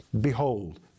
behold